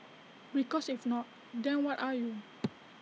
because if not then what are you